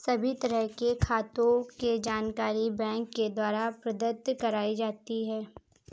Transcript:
सभी तरह के खातों के जानकारी बैंक के द्वारा प्रदत्त कराई जाती है